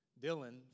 Dylan